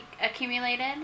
accumulated